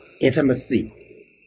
intimacy